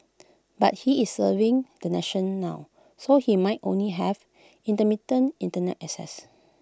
but he is serving the nation now so he might only have intermittent Internet access